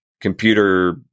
computer